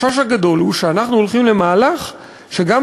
החשש הגדול הוא שאנחנו הולכים למהלך שגם